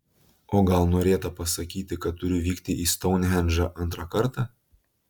o gal norėta pasakyti kad turiu vykti į stounhendžą antrą kartą